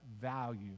value